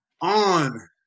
on